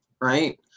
Right